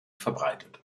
verbreitet